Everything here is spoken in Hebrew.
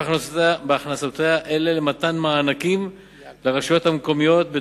באדר תשס"ט (25 במרס 2009): מנתוני דוח הפעילות של מפעל